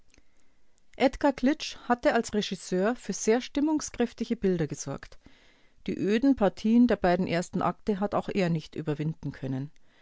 hatte als regisseur für sehr stimmungskräftige bilder gesorgt die öden partien der beiden ersten akte hat auch er nicht überwinden können